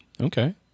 Okay